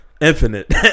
Infinite